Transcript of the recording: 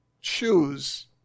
choose